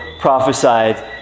prophesied